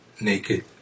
naked